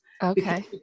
Okay